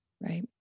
Right